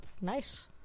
nice